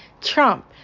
Trump